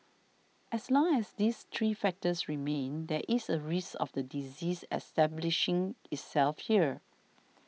as long as these three factors remain there is a risk of the disease establishing itself here